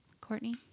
Courtney